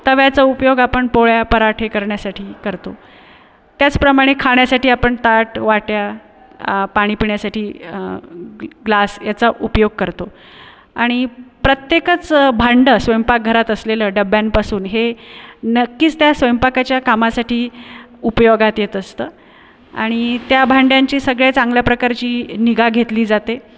तव्याचा उपयोग आपण पोळ्या पराठे करण्यासाठी करतो त्याचप्रमाणे खाण्यासाठी आपण ताट वाट्या पाणी पिण्यासाठी ग्लास याचा उपयोग करतो आणि प्रत्येकच भांडं स्वयंपाकघरात असलेलं डब्यांपासून हे नक्कीच त्या स्वयंपाकाच्या कामासाठी उपयोगात येत असतं आणि त्या भांड्यांची सगळ्यात चांगल्या प्रकारची निगा घेतली जाते